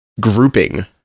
grouping